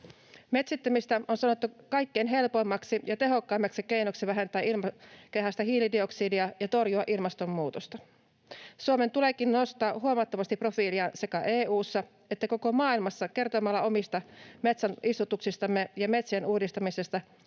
Metsittämistä on sanottu kaikkien helpoimmaksi ja tehokkaimmaksi keinoksi vähentää ilmakehästä hiilidioksidia ja torjua ilmastonmuutosta. Suomen tuleekin nostaa huomattavasti profiiliaan sekä EU:ssa että koko maailmassa kertomalla omista metsänistutuksistamme ja metsien uudistamisestamme